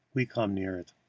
we come near it.